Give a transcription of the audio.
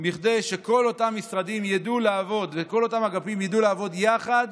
כדי שכל אותם משרדים וכל אותם אגפים ידעו לעבוד יחד